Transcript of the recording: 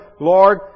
Lord